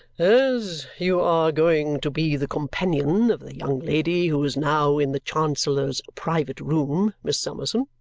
as you are going to be the companion of the young lady who is now in the chancellor's private room, miss summerson,